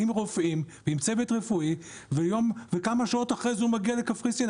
כאשר אחרי כמה שעות הוא מגיע לקפריסין.